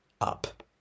up